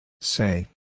Say